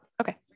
Okay